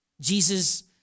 Jesus